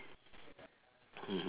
mmhmm